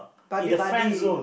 buddy buddy